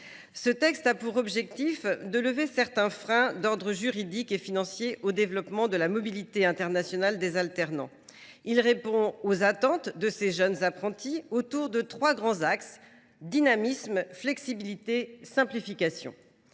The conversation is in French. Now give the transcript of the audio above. texte a pour objectif de lever certains freins d’ordre juridique et financier au développement de la mobilité internationale des alternants. Il répond aux attentes de ces jeunes apprentis en suivant trois grands axes : le dynamisme, la flexibilité et la simplification